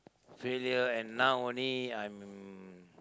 failure and now only I'm